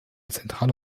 zentrale